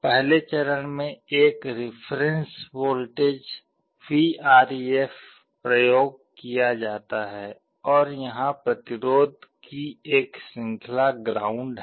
पहले चरण में एक रेफेरेंस वोल्टेज Vref प्रयोग किया जाता है और यहाँ प्रतिरोध की एक श्रृंखला ग्राउंड है